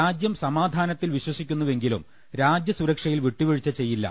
രാജ്യം സമാധാനത്തിൽ വിശ്വസിക്കുന്നുവെ ങ്കിലും രാജ്യസുരക്ഷയിൽ വിട്ടുവീഴ്ച ചെയ്യില്ല